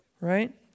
Right